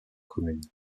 communes